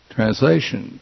translation